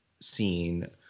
scene